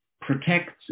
protects